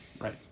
Right